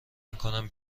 میکنم